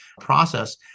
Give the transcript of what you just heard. process